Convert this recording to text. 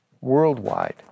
worldwide